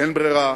אין ברירה,